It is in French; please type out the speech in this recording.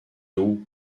who